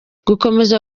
gukomeza